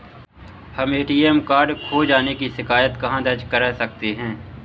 हम ATM card खो जाने की शिकायत कहाँ दर्ज कर सकते हैं?